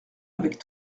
avec